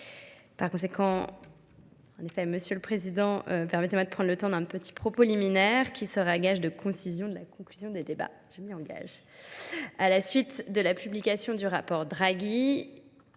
Par conséquent, en effet, monsieur le Président, permettez-moi de prendre le temps d'un petit propos liminaire qui sera gage de concision de la conclusion des débats. A la suite de la publication du rapport Draghi,